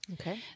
Okay